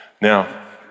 Now